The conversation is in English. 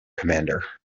commander